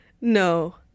No